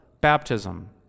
baptism